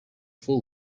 full